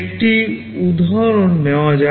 একটি উদাহরণ নেওয়া যাক